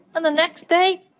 and the next day,